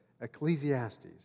Ecclesiastes